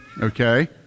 Okay